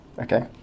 Okay